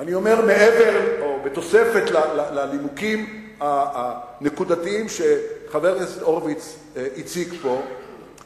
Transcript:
אני אומר: בתוספת לנימוקים הנקודתיים שחבר הכנסת הורוביץ הציג פה,